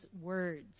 words